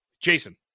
Jason